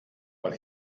weil